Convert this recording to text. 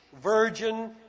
virgin